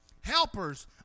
Helpers